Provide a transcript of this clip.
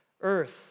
earth